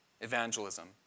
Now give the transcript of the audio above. Evangelism